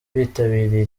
bitabiriye